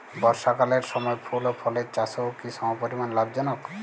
বর্ষাকালের সময় ফুল ও ফলের চাষও কি সমপরিমাণ লাভজনক?